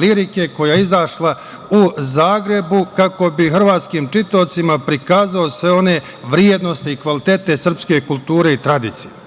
lirike, koja je izašla u Zagrebu, kako bi hrvatskim čitaocima prikazao sve one vrednosti i kvalitete srpske kulture i tradicije. Ta